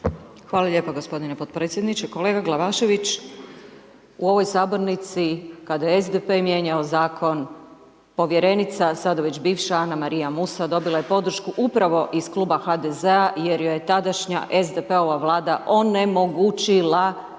Hvala lijepo g. potpredsjedniče. Kolega Glavašević u ovoj sabornici kada je SDP mijenjao zakon, povjerenica, sada već bivša Anamarija Musa dobila je podršku upravo iz Kluba HDZ-a jer joj je tadašnja SDP-ova vlada onemogućila